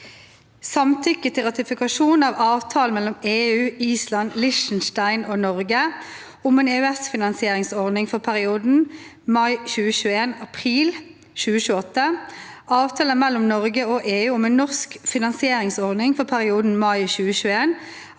Samtykke til ratifikasjon av avtale mellom EU, Island, Liechtenstein og Norge om en EØS-finansieringsordning for perioden mai 2021 – april 2028, avtale mellom Norge og EU om en norsk finansieringsordning for perioden mai 2021 – april 2028